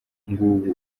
ng’ubu